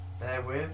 therewith